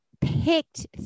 picked